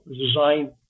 design